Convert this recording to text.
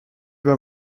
vas